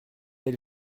elle